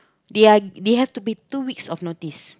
they are they have to be two weeks of notice